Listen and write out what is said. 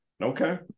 Okay